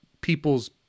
people's